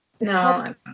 No